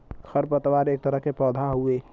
खर पतवार एक तरह के पौधा हउवे